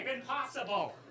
Impossible